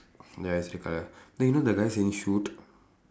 ya I circle ah then you know the guy saying shoot